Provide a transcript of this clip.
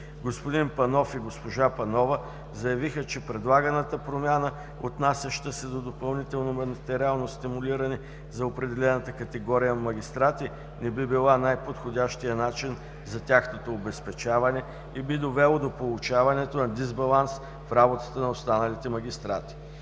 Господин Панов и госпожа Панова заявиха, че предлаганата промяна, отнасяща се до допълнително материално стимулиране за определената категория магистрати, не би била най-подходящият начин за тяхното обезпечаване и би довело до получаването на дисбаланс в работата на останалите магистрати.